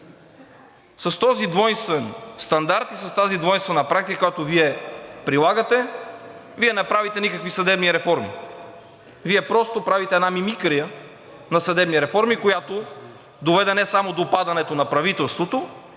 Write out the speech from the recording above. С този двойствен стандарт и с тази двойствена практика, която Вие прилагате, Вие не правите никакви съдебни реформи. Вие просто правите една мимикрия на съдебни реформи, която доведе не само до падането на правителството,